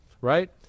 right